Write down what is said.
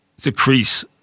decrease